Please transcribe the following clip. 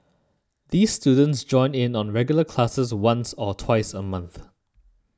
these students join in on regular classes once or twice a month